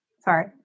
Sorry